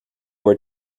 were